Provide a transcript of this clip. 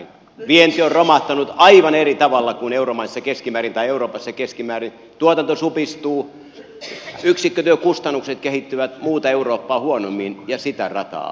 vienti on romahtanut aivan eri tavalla kuin euroopassa keskimäärin tuotanto supistuu yksikkötyökustannukset kehittyvät muuta eurooppaa huonommin ja sitä rataa